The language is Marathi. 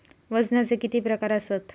वजनाचे किती प्रकार आसत?